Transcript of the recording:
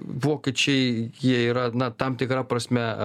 vokiečiai jie yra na tam tikra prasme